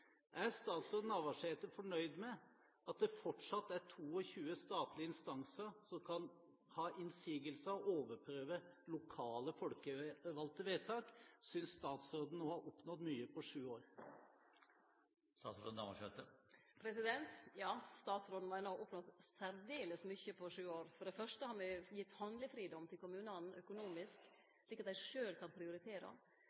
Er statsråd Navarsete fornøyd med at det fortsatt er 22 statlige instanser som kan komme med innsigelser og overprøve lokale folkevalgte vedtak? Synes statsråden hun har oppnådd mye på sju år? Ja, statsråden meiner ho har oppnådd særdeles mykje på sju år. For det første har me gitt økonomisk handlefridom til